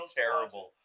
terrible